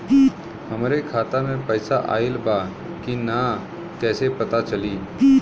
हमरे खाता में पैसा ऑइल बा कि ना कैसे पता चली?